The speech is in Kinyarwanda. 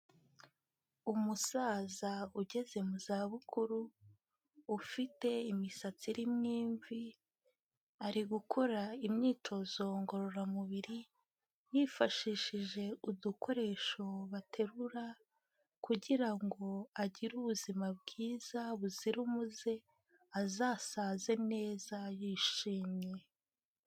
Umusaza ugeze mu za bukuru ufite imisatsi irimo imvi, ari gukora imyitozo ngororamubiri yifashishije udukoresho baterura kugira ngo agire ubuzima bwiza buzira umuze azasaze neza yishimye.